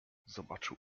zobaczył